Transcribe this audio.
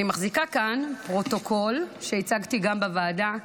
אני מחזיקה כאן פרוטוקול משנת 1995 שהצגתי גם בוועדה,